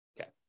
Okay